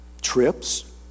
trips